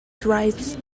drives